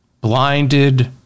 blinded